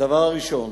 הדבר הראשון